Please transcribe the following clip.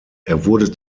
wurde